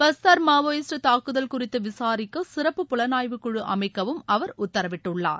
Bastar Maoist தாக்குதல் குறித்து விசாரிக்க சிறப்பு புலனாய்வு குழு அமைக்கவும் அவர் உத்தரவிட்டுள்ளார்